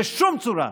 בשום צורה,